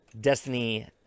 Destiny